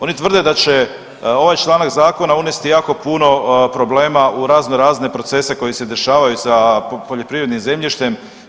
Oni tvrde da će ovaj članak zakona unesti jako puno problema u razno razne procese koji se dešavaju sa poljoprivrednim zemljištem.